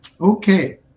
Okay